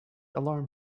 alarm